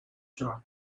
truck